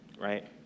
right